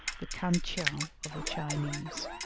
the khan-tcheou of the chinese,